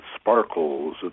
sparkles